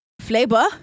flavor